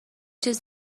چیز